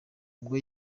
ubwo